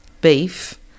beef